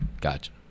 Gotcha